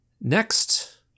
Next